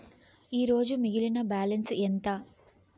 ఈరోజు మిగిలిన బ్యాలెన్స్ ఎంత?